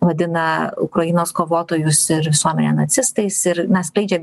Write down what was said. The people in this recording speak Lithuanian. vadina ukrainos kovotojus ir visuomenę nacistais ir na skleidžia